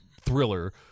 thriller